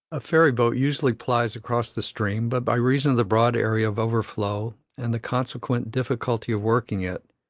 a ferryboat usually plies across the stream, but by reason of the broad area of overflow, and the consequent difficulty of working it,